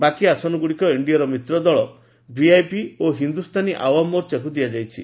ବାକି ଆସନଗୁଡ଼ିକୁ ଏନ୍ଡିଏର ମିତ୍ରଦଳ ଭିଆଇପି ଓ ହିନ୍ଦୁସ୍ତାନୀ ଆୱାମ ମୋର୍ଚ୍ଚାକୁ ଦିଆଯାଇଛି